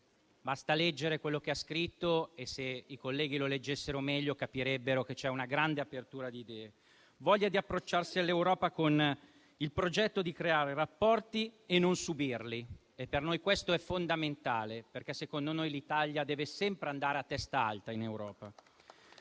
Basta leggere quello che ha scritto e, se i colleghi lo leggessero meglio, capirebbero che c'è una grande apertura di idee. C'è voglia di approcciarsi all'Europa con il progetto di creare rapporti e non subirli. Per noi ciò è fondamentale perché - a nostro avviso - l'Italia deve sempre andare a testa alta in Europa.